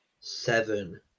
seven